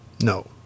no